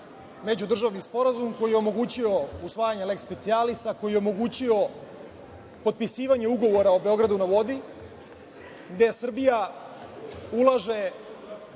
međudržavni sporazum koji je omogućio usvajanje lex specialis, koji je omogućio potpisivanje ugovora o „Beogradu na vodi“ gde Srbija ulaže